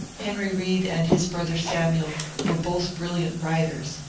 henry reed and his brother samuel were both brilliant writers,